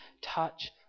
touch